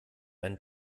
einen